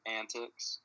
antics